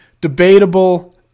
debatable